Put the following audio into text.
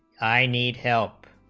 i need help